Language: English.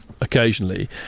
occasionally